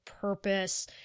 purpose